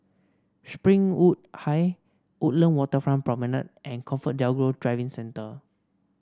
Springwood High Woodland Waterfront Promenade and ComfortDelGro Driving Centre